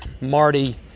Marty